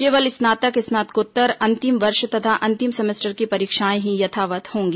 केवल स्नातक और स्नातकोत्तर अंतिम वर्ष तथा अंतिम सेमेस्टर की परीक्षाएं ही यथावत् होंगी